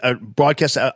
broadcast